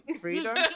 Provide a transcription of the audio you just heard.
Freedom